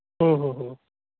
ᱦᱮᱸ ᱦᱮᱸ